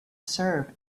serve